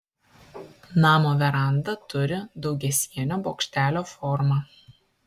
namo veranda turi daugiasienio bokštelio formą